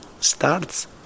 starts